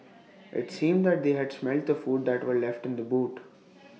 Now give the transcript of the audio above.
IT seemed that they had smelt the food that were left in the boot